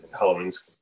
Halloween's